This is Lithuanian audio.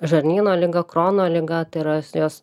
žarnyno liga krono liga tai yra jos